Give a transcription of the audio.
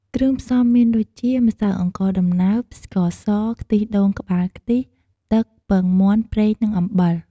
គ្រឿងផ្សំមានដូចជា ម្សៅអង្ករដំណើប ស្ករស ខ្ទិះដូងក្បាលខ្ទិះ ទឹក ពងមាន់ ប្រេង និងអំបិល។